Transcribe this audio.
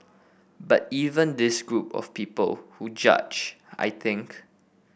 but even this group of people who judge I think